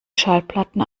schallplatten